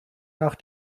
nach